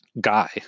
guy